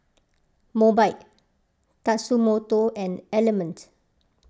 Mobike Tatsumoto and Element